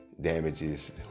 damages